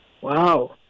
Wow